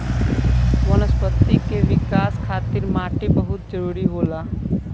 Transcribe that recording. वनस्पति के विकाश खातिर माटी बहुत जरुरी होला